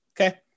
Okay